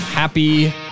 Happy